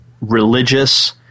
religious